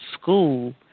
school